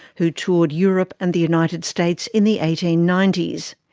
who toured europe and the united states in the eighteen ninety s.